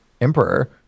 Emperor